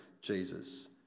Jesus